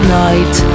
night